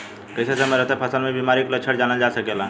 कइसे समय रहते फसल में बिमारी के लक्षण जानल जा सकेला?